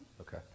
okay